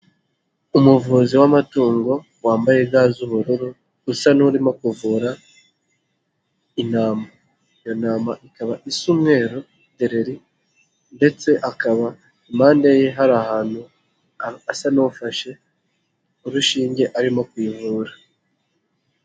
Umuvuzi w'amatungo wambaye ga z'ubururu usa n'urimo kuvura intama, iyo ntama ikaba isa umweru dereri ndetse akaba impande ye hari ahantu asa n'ufashe urushinge arimo kuyivura.